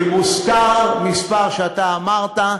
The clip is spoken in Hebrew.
אם הוזכר המספר שאתה אמרת,